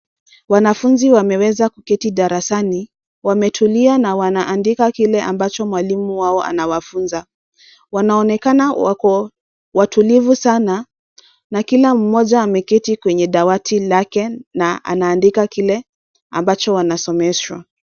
Wanafuzi wameweza kuketi darasani. Wametulia na wanaandika kile ambacho mwalimu wao anawafunza. Wanaonekana wako watulivu sana na kila mmoja ameketi kwenye dawati lake na anaandika kile ambacho wanasomeshwa.